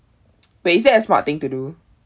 wait is that a smart thing to do